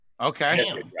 Okay